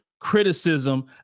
criticism